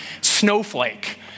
snowflake